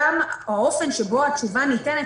גם האופן שבו התשובה ניתנת,